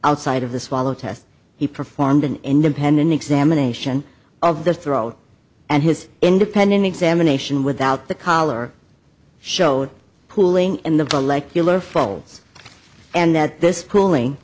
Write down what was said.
outside of the swallow test he performed an independent examination of the throat and his independent examination without the collar showed pooling in the folds and that this